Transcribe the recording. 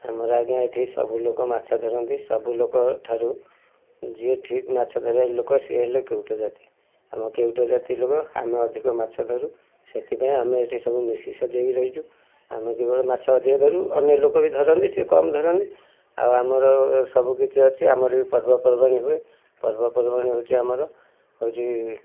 ଆମର ଆଜ୍ଞା ଏଠି ସବୁଲୋକ ମାଛ ଧରନ୍ତି ସବୁ ଲୋକ ଠାରୁ ଯିଏ ଠିକ୍ ମାଛ ଧରିବାର ଲୋକ ସିଏ ହେଲେ କେଉଟ ଜାତି ଆମ କେଉଟ ଜାତି ଲୋକ ଆମେ ଅଧିକ ମାଛ ଧରୁ ସେଥିପାଇଁ ଆମେ ଏଠି ସବୁ ମିଶି ସଜାଇକି ରହିଛୁ ଆମେ କେବଳ ମାଛ ଅଧିକ ଧରୁ ଅନ୍ୟ ଲୋକବି ଧରନ୍ତି ସିଏ କମ୍ ଧରନ୍ତି ଆଉ ଆମର ସବୁକିଛି ଅଛି ଆମର ବି ପର୍ବପର୍ବାଣୀ ହୁଏ ପର୍ବପର୍ବାଣୀ ହେଉଛି ଆମର ହେଉଛି